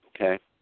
okay